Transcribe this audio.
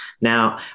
Now